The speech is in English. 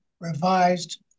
revised